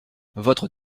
votre